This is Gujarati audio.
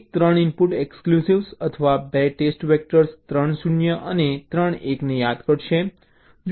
એક 3 ઇનપુટ એક્સક્લુઝિવ અથવા ફક્ત 2 ટેસ્ટ વેક્ટર્સ 0 0 0 અને 1 1 1 ને યાદ કરશે